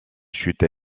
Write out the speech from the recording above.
chutes